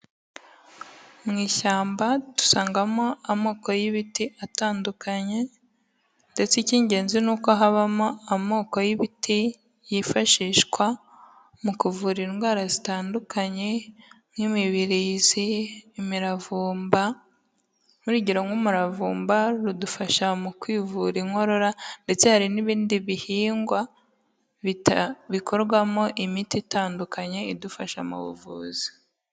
Mu ishyamba dusangamo amoko y'ibiti atandukanye ndetse icy'ingenzi ni uko habamo amoko y'ibiti yifashishwa, mu kuvura indwara zitandukanye nk'imibirizi, imiravumba nk'urugero nk'umuravumba, udufasha mu kwivura inkorora ndetse hari n'ibindi bihingwa bikorwamo imiti itandukanye idufasha mu buvuzi.